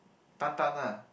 单单 ah